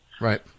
Right